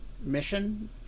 mission